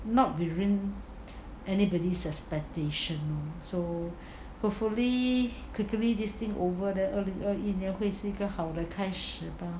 not within anybody's expectation so hopefully quickly this thing over then 二零二一年会是个好的开始吧